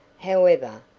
however,